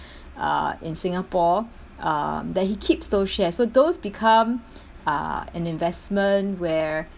uh in singapore uh that he keeps those shares so those become uh an investment where